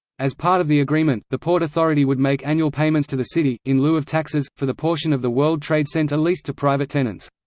as part of the agreement, the port authority would make annual payments to the city, in lieu of taxes, for the portion of the world trade center leased to private tenants.